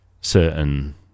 Certain